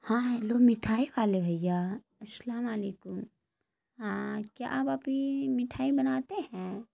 ہاں ہیلو مٹھائی والے بھیا السلام علیکم ہاں کیا آپ ابھی مٹھائی بناتے ہیں